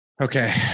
Okay